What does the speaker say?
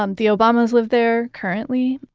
um the obamas live there currently.